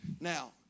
Now